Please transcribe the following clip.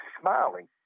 smiling